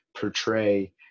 portray